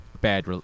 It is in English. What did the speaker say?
bad